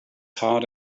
hard